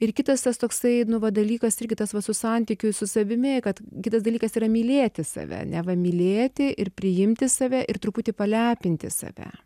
ir kitas tas toksai nu va dalykas irgi tas va su santykiui su savimi kad kitas dalykas yra mylėti save neva mylėti ir priimti save ir truputį palepinti save